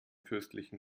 fürstlichen